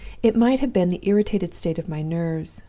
it might have been the irritated state of my nerves,